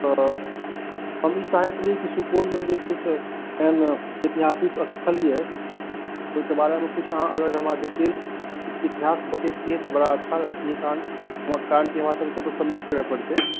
हम ई चाहैत रहियै जे सुपौलमे किछु एहन ऐतिहासिक स्थल यऽ ओहिके बारेमे अगर अहाँ हमरा किछु डिटेल इतिहास बतेतियै तऽ बड़ा अच्छा रहतै कारण कि हमरा सभके ओतऽ सम्मिट करैके पड़ै छै